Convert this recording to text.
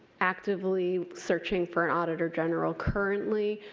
actively searching for an auditor general currently,